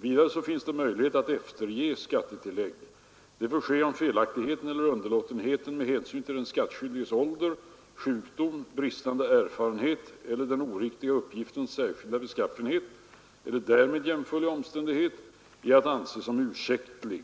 Vidare finns möjlighet att efterge skattetillägg. Det får ske om felaktigheten eller underlåtenheten med hänsyn till den skattskyldiges ålder, sjukdom, bristande erfarenhet eller den oriktiga uppgiftens särskilda beskaffenhet eller därmed jämförlig omständighet är att anse som ursäktlig.